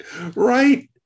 Right